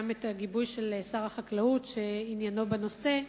את הגיבוי של שר החקלאות שעניינו בנושא,